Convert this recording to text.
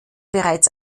bereits